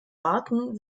warten